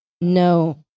No